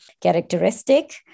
characteristic